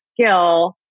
skill